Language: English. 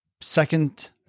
second